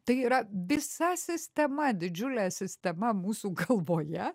tai yra visa sistema didžiulę sistema mūsų galvoje